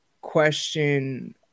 question